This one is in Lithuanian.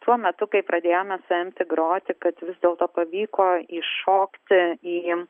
tuo metu kai pradėjome su empti groti kad vis dėlto pavyko iššokti į